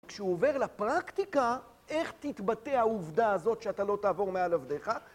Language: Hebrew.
כשהוא עובר לפרקטיקה, איך תתבטא העובדה הזאת שאתה לא תעבור מעל עבדיך?